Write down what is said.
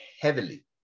heavily